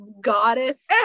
goddess